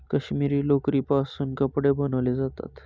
काश्मिरी लोकरीपासून कपडे बनवले जातात